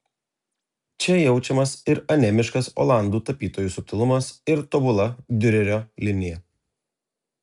čia jaučiamas ir anemiškas olandų tapytojų subtilumas ir tobula diurerio linija